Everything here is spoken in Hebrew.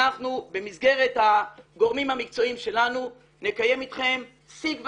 אנחנו במסגרת הגורמים המקצועיים שלנו נקיים איתכם סיג ושיח,